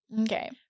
Okay